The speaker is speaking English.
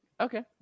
Okay